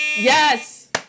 Yes